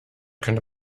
könnte